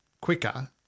quicker